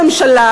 שרת המשפטים,